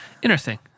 Interesting